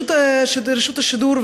רציתי לדבר היום על רשות השידור,